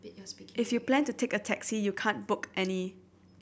if you plan to take a taxi you can't book any